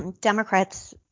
Democrats